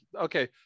okay